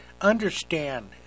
understand